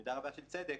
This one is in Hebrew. ובמידה רבה של צדק,